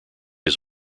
his